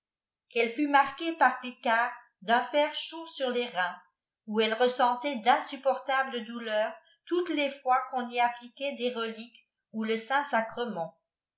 qu'elle fut marquée par picard d'un kr chaud sur les reins où elle ressentait d'insupportables douleurs toutes les fois qu'on y appliquait des reliques ou le saint-sacrement